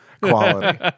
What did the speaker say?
quality